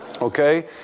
Okay